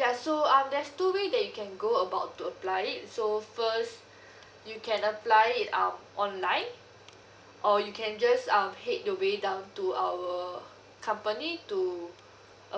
ya so um there's two way that you can go about to apply it so first you can apply it um online or you can just um head your way down to our company to